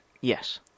Yes